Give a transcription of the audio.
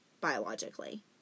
biologically